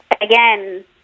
Again